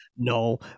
no